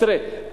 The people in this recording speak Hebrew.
תראה,